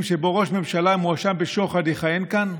שבו ראש ממשלה שמואשם בשוחד יכהן כאן?